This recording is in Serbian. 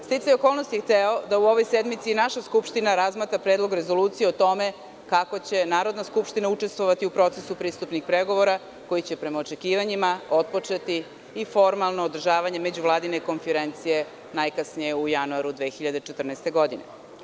Sticaj okolnosti je hteo da u ovoj sedmici naša Skupština razmatra Predlog rezolucije o tome kako će Narodna skupština učestvovati u procesu pristupnih pregovora koji će, prema očekivanjima, otpočeti i formalno održavanje Međuvladine konferencije najkasnije u januaru 2014. godine.